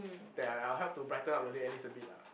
that I I'll help to brighten up your day at least a bit ah